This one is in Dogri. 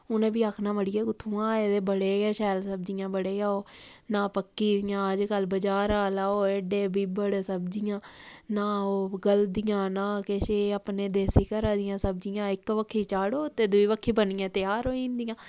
उ'नें फ्ही आखना मड़िये उत्थुआं आए दे बड़े गै शैल सब्जियां बड़े गै ओह् ना पक्की दियां अजकल्ल बजारा लैओ एड्डे बिब्बड़ सब्जियां ना ओह् गलदियां ना किश एह् अपने देसी घरा दियां सब्जियां इक बक्खी चाढ़ो ते दूई बक्खी बनियै त्यार होई जंदियां